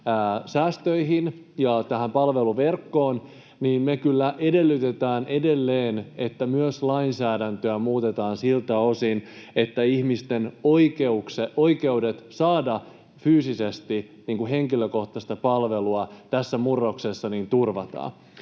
säästöihin ja tähän palveluverkkoon, niin me kyllä edellytetään edelleen, että myös lainsäädäntöä muutetaan siltä osin, että ihmisten oikeudet saada fyysisesti henkilökohtaista palvelua tässä murroksessa turvataan.